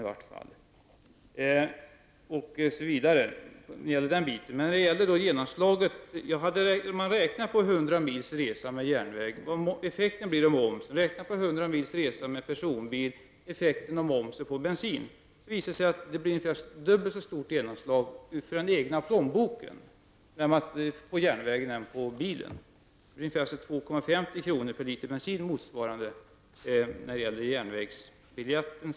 Räknar man ut vad effekten av momsen blir på bensin och jämför en 100 mils resa med järnväg med en 100 mils resa med personbil, visar det sig att det blir ungefär ett dubbelt så stort genomslag för den egna plånboken med järnvägen jämfört med bilen, dvs. 2:50 kr. per liter bensin motsvarar momsen på järnvägsbiljetten.